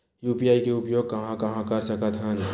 UPI के उपयोग कहां कहा कर सकत हन?